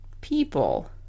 people